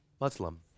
Muslim